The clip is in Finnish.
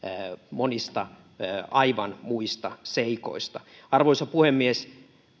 monista aivan muista seikoista arvoisa puhemies